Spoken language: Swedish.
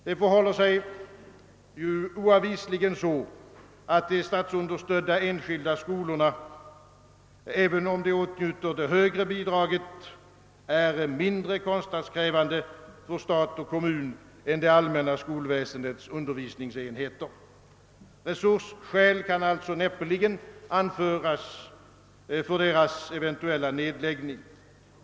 Det förhåller sig ju oavvisligen så, att de statsunderstödda enskilda «skolorna, även om de åtnjuter det högre bidraget, är mindre kostnadskrävande för stat och kommun än det allmänna skolväsendets undervisningsenheter. Resursskäl kan alltså näppeligen anföras för deras eventuella nedläggning.